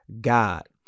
God